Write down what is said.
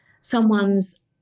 someone's